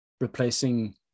replacing